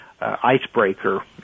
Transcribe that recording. icebreaker